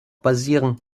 basieren